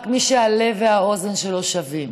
רק מי שהלב והאוזן שלו שווים,